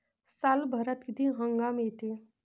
सालभरात किती हंगाम येते?